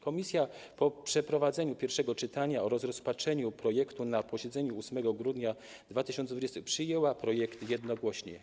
Komisja po przeprowadzeniu pierwszego czytania oraz rozpatrzeniu projektu na posiedzeniu 8 grudnia 2021 r. przyjęła projekt jednogłośnie.